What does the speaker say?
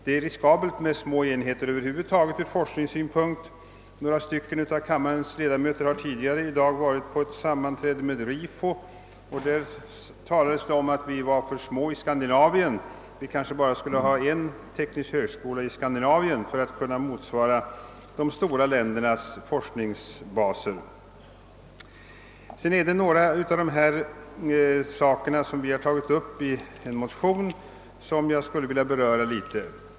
Det är riskabelt med små enheter över huvud taget ur forskningssynpunkt. En del av kammarens ledamöter har tidigare i dag varit på ett sammanträde med Rifo. Där talades det om att vi var för små i Skandinavien — vi borde kanske bara ha en teknisk högskola i Skandinavien för att kunna motsvara de stora ländernas forskningsbaser. Några av Övriga saker vi har tagit upp i en motion, skulle jag nu vilja beröra.